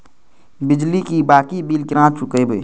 बिजली की बाकी बील केना चूकेबे?